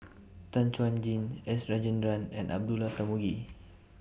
Tan Chuan Jin S Rajendran and Abdullah Tarmugi